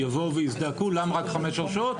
יבואו ויזדעקו למה רק חמש הרשעות,